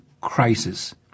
crisis